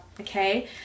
okay